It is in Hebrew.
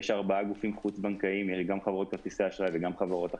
יש ארבעה גופים חוץ בנקאיים ויש גם חברות כרטיסי אשראי וגם חברות אחרות.